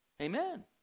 Amen